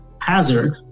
hazard